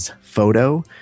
photo